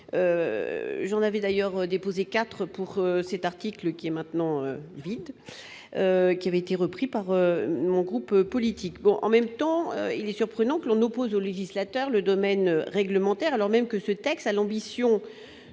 j'en avais d'ailleurs déposé 4 pour cette article qui est maintenant vide qui avait été repris par mon groupe politique, bon, en même temps, il est surprenant que l'on oppose au législateur le domaine réglementaire, alors même que ce texte a l'ambition